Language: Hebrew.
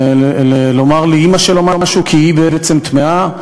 לומר לאימא שלו משהו כי היא בעצם טמאה,